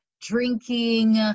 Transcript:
drinking